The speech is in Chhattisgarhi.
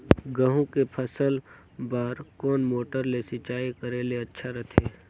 गहूं के फसल बार कोन मोटर ले सिंचाई करे ले अच्छा रथे?